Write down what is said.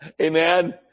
Amen